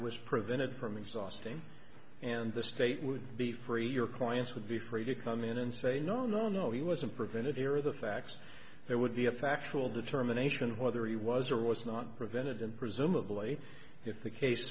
was prevented from exhausting and the state would be free your clients would be free to come in and say no no no he wasn't prevented here are the facts there would be a factual determination whether he was or was not prevented and presumably if the case